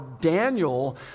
Daniel